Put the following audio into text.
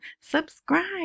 subscribe